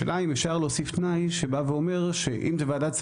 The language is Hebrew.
השאלה: האם אפשר להוסיף תנאי כשזו ועדת שרים,